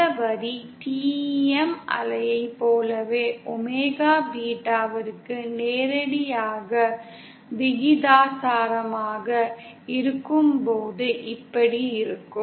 இந்த வரி TEM அலையைப் போலவே ஒமேகா பீட்டாவிற்கு நேரடியாக விகிதாசாரமாக இருக்கும்போது இப்படி இருக்கும்